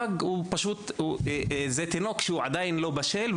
פג זה תינוק שעדיין לא בשל,